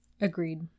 Agreed